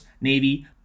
Navy